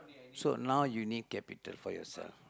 so now you need capital for yourself